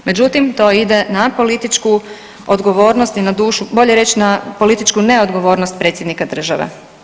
Međutim to ide na političku odgovornost i na dušu, bolje reći na političku neodgovornost predsjednika države.